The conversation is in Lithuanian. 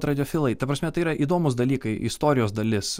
radiofilai ta prasme tai yra įdomūs dalykai istorijos dalis